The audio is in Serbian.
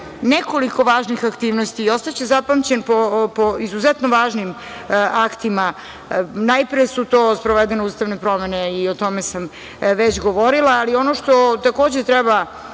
nekoliko važnih aktivnosti i ostaće zapamćen po izuzetno važnim aktima. Najpre su to sprovedene ustavne promene i o tome sam već govorila. Ali, ono što takođe treba